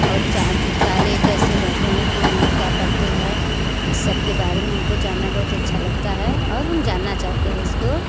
और चाँद तारे कैसे रहते हैं कि हैं क्या करते हैं इस सब के बारे में हमको जानना बहुत ही अच्छा लगता है और हम जानना चाहते हैं इसको